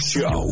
Show